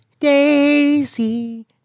Daisy